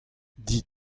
dit